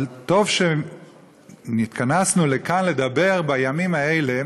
אבל טוב שנתכנסנו כאן לדבר בימים האלה